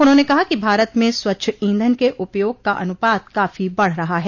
उन्होंन कहा कि भारत में स्वच्छ ईधन के उपयोग का अनुपात काफी बढ़ रहा है